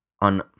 on